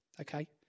okay